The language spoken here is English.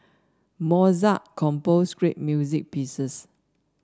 Mozart composed great music pieces